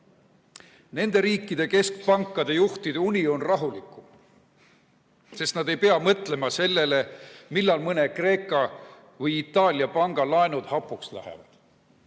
Nende riikide keskpankade juhtide uni on rahulikum, sest nad ei pea mõtlema sellele, millal mõne Kreeka või Itaalia panga laenud hapuks lähevad